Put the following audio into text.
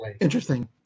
interesting